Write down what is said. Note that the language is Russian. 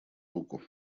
руку